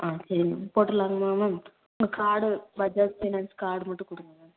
ஆ சரிங்க மேம் போட்டுருலாங்மா மேம் உங்க கார்டு பஜாஜ் பைனான்ஸ் கார்டு மட்டும் கொடுங்க மேம்